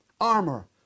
armor